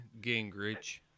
Gingrich